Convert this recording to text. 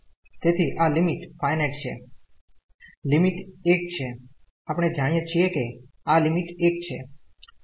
તેથી આ limit finite છે લિમિટ 1 છે આપણે જાણીયે છીએ કે આ લિમિટ 1 છે